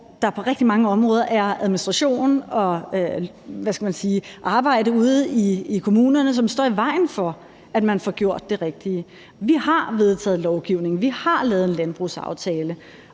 på rigtig mange områder er administration og arbejde ude i kommunerne, som står i vejen for, at man får gjort det rigtige. Vi har vedtaget lovgivning. Vi har lavet en landbrugsaftale.